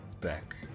back